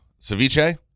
ceviche